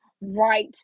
right